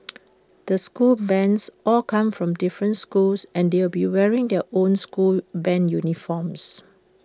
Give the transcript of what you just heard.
the school bands all come from different schools and they will be wearing their own school Band uniforms